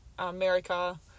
America